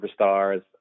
superstars